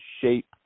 shape